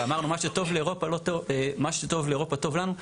ואמרנו מה שטוב לאירופה טוב לנו,